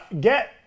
get